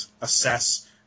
assess